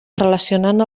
relacionant